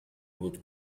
would